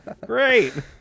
great